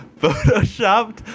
photoshopped